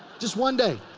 just one day.